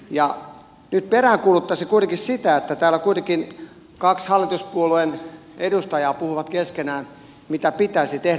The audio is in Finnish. nyt peräänkuuluttaisin kuitenkin sitä että täällä kuitenkin kaksi hallituspuolueen edustajaa puhuu keskenään mitä pitäisi tehdä